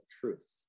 truth